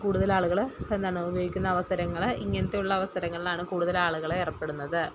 കൂടുതലാളുകൾ എന്താണ് ഉപയോഗിക്കുന്ന അവസരങ്ങൾ ഇങ്ങനെത്തെയുള്ള അവസരങ്ങളാണ് കൂടുതലാളുകൾ ഏർപ്പെടുന്നത്